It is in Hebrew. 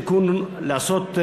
התאמה להתפתחויות טכנולוגיות),